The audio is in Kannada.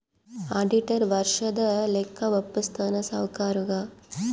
ಆಡಿಟರ್ ವರ್ಷದ ಲೆಕ್ಕ ವಪ್ಪುಸ್ತಾನ ಸಾವ್ಕರುಗಾ